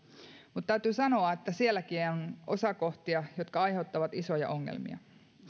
mutta täytyy sanoa että sielläkin on kohtia jotka aiheuttavat isoja ongelmia